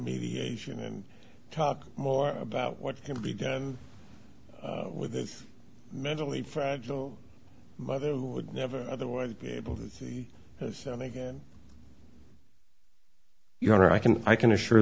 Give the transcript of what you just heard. mediation and talk more about what can be done with this mentally fragile mother who would never otherwise be able to see something your honor i can i can assure